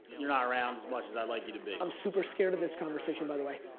you're not around as much as i'd like you to be. i'm super scared of this conversation, by the way.